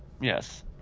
Yes